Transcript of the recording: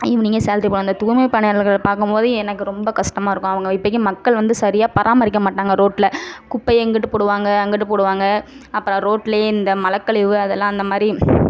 ஈவ்னிங்கே salary வந்து தூய்மை பணியாளர்கள் பார்க்கும்போது எனக்கு ரொம்ப கஷ்டமாக இருக்கும் அவங்க இப்பைக்கு மக்கள் வந்து சரியாக பராமரிக்க மாட்டாறாங்க ரோட்டில் குப்பைய இங்கிட்டு போடுவாங்க அங்கிட்டு போடுவாங்க அப்புறம் ரோட்லேயே இந்த மலம் கழிவு அதலாம் அந்தமாதிரி